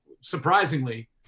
surprisingly